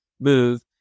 move